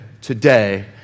today